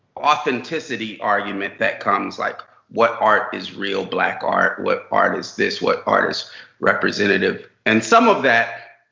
authenticity argument that comes like what art is real black art? what art is this? what art is representative? and some of that